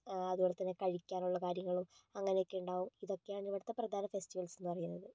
അതുപോലെ തന്നെ കഴിക്കാനുള്ള കാര്യങ്ങളും അങ്ങനെയൊക്കെയുണ്ടാകും ഇതൊക്കെയാണ് ഇവിടുത്തെ പ്രധാന ഫെസ്റ്റിവൽസെന്നു പറയുന്നത്